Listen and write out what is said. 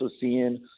seeing